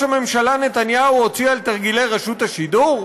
הממשלה נתניהו הוציא על תרגילי רשות השידור?